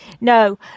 No